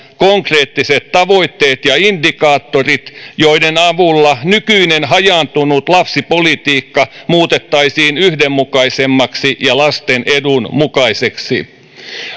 konkreettiset tavoitteet ja indikaattorit joiden avulla nykyinen hajaantunut lapsipolitiikka muutettaisiin yhdenmukaisemmaksi ja lasten edun mukaiseksi